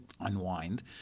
unwind